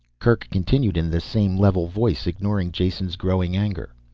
kerk continued in the same level voice, ignoring jason's growing anger.